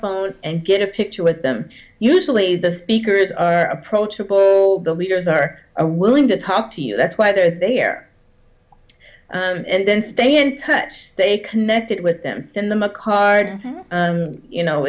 phone and get a picture with them usually the speakers are approachable the leaders are willing to talk to you that's why there they're and then stay in touch they connect it with them send them a card and you know